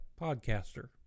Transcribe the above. podcaster